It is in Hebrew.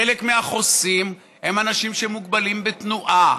חלק מהחוסים הם אנשים שמוגבלים בתנועה.